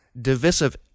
divisive